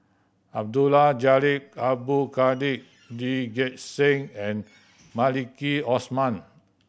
Abdul Jalil Abdul Kadir Lee Gek Seng and Maliki Osman